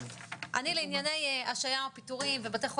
זה העניין של ההגבלות.